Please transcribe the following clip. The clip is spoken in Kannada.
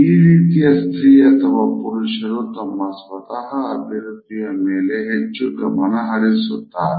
ಈ ರೀತಿಯ ಸ್ತ್ರೀ ಅಥವಾ ಪುರುಷರು ತಮ್ಮ ಸ್ವತಹ ಅಭಿವೃದ್ಧಿಯ ಮೇಲೆ ಹೆಚ್ಚು ಗಮನಹರಿಸುತ್ತಾರೆ